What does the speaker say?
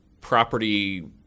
property